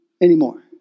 anymore